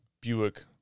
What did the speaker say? Buick